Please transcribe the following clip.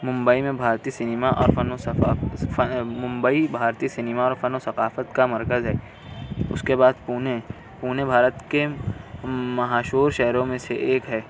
ممبئی میں بھارتی سنیما اور فن و صفا ممبئی بھارتیہ سنیما اور فن و ثقافت کا مرکز ہے اس کے بعد پونے پونے بھارت کے مہا شو شہروں میں سے ایک ہے